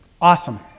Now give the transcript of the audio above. Awesome